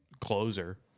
closer